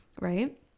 right